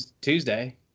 Tuesday